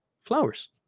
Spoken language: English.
flowers